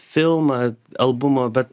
filmą albumo bet